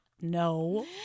no